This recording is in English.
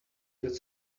that